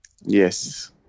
Yes